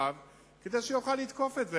כדי שיוכלו לתקוף את זה.